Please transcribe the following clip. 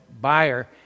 buyer